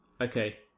Okay